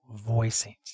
voicings